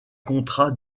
contrat